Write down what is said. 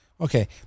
okay